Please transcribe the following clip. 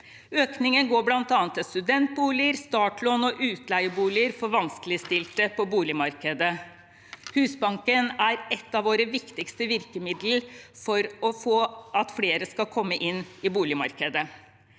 Økningen går bl.a. til studentboliger, startlån og utleieboliger for vanskeligstilte på boligmarkedet. Husbanken er et av våre viktigste virkemidler for at flere skal komme inn i boligmarkedet.